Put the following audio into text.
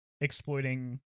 exploiting